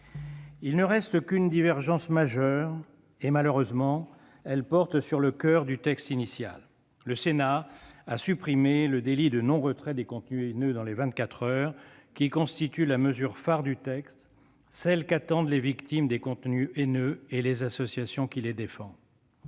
Il ne reste qu'une divergence majeure, et, malheureusement, elle porte sur le coeur du texte initial. Le Sénat a supprimé le délit de non-retrait des contenus haineux dans les vingt-quatre heures, qui constitue la mesure phare du texte, celle qu'attendent les victimes des contenus haineux et les associations qui les défendent.